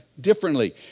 differently